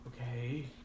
okay